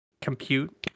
compute